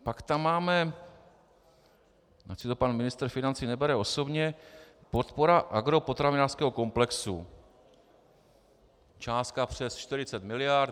Pak tam máme, ať si to pan ministr financí nebere osobně, podpora agropotravinářského komplexu, částka přes 40 mld.